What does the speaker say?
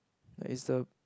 like it's the